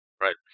Right